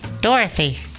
Dorothy